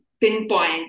pinpoint